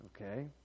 Okay